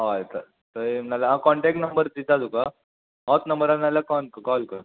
हय तर थंय नाल्या हांव कॉन्टेक्ट नंबर दिता तुका होच नंबरान नाल्यार कॉल कॉल कर